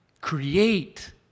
Create